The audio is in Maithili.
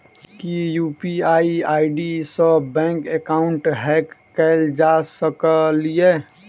की यु.पी.आई आई.डी सऽ बैंक एकाउंट हैक कैल जा सकलिये?